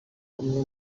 umwe